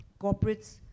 corporates